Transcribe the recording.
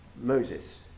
Moses